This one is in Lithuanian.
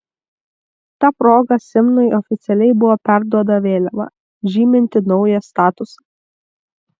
ta proga simnui oficialiai buvo perduoda vėliava žyminti naują statusą